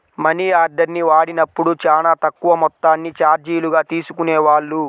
మనియార్డర్ని వాడినప్పుడు చానా తక్కువ మొత్తాన్ని చార్జీలుగా తీసుకునేవాళ్ళు